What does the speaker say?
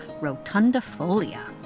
rotundifolia